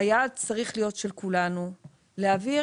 שהיעד שצריך להיות של כולנו הוא להעביר